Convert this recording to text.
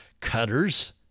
cutters